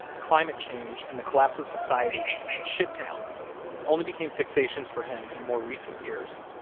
climate change and the collapse of society and shittown only became fixations for him in more recent years.